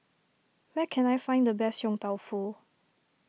where can I find the best Yong Tau Foo